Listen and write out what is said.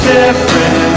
different